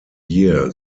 year